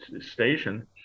station